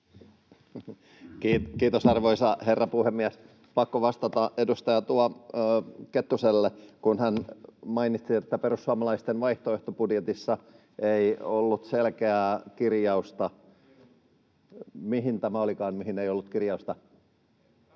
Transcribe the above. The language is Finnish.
Kiitos, arvoisa herra puhemies! Pakko vastata edustaja Kettuselle, kun hän mainitsi, että perussuomalaisten vaihtoehtobudjetissa ei ollut selkeää kirjausta... [Tuomas Kettunen: Ei ollut!] — Mihin tämä olikaan, mihin ei ollut kirjausta?